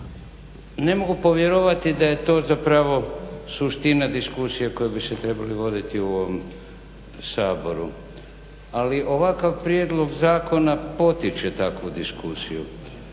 Ne mogu povjerovati da je to zapravo suština diskusije koja bi se trebala voditi u ovom Saboru. Ali, ovakav prijedlog zakona potiče takvu diskusiju.